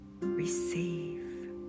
receive